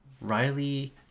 Riley